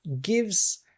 gives